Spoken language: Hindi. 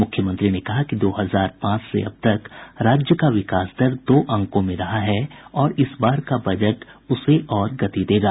मुख्यमंत्री ने कहा कि दो हजार पांच से अब तक राज्य का विकास दर दो अंको में रहा है और इस बार का बजट उसे और गति देगा